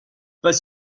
pas